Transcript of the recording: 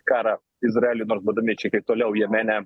karą izraeliui nors būdami čia kiek toliau jemene